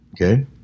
Okay